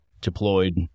deployed